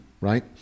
right